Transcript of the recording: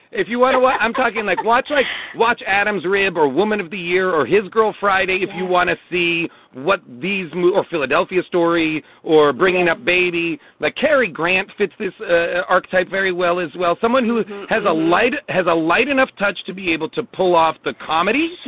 if you wonder why i'm talking, like watch i watch adam's rib or woman of the year or his girl friday. if you want to see what these move or philadelphia story or bringing up baby like carey, grant fits this archetype very well as well. someone who has a light has a light enough touch to be able to pull off the comedy,